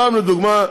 סתם לדוגמה,